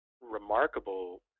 remarkable